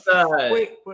Wait